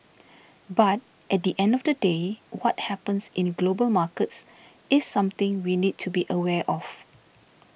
but at the end of the day what happens in global markets is something we need to be aware of